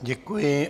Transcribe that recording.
Děkuji.